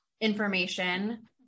information